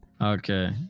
Okay